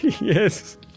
Yes